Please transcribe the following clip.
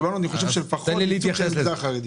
אני חושב שלפחות תתייחס למגזר החרדי.